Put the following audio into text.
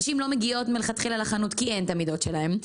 נשים לא מגיעות מלכתחילה לחנות כי אין את המידות שלהן,